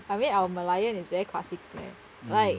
I mean our merlion is very classic like like